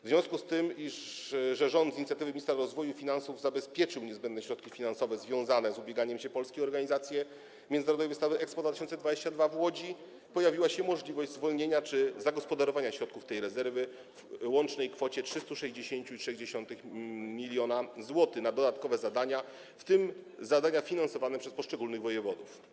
W związku z tym, że rząd z inicjatywy ministra rozwoju i finansów zabezpieczył niezbędne środki finansowe związane z ubieganiem się Polski o organizację międzynarodowej wystawy Expo 2022 w Łodzi, pojawiła się możliwość zwolnienia czy zagospodarowania środków tej rezerwy w łącznej kwocie 360,3 mln zł na dodatkowe zadania, w tym zadania finansowane przez poszczególnych wojewodów.